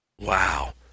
Wow